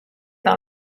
par